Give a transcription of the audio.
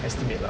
estimate lah